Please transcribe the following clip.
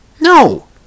No